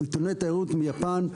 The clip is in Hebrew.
עיתונאי תיירות מיפן.